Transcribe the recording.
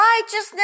righteousness